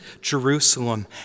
Jerusalem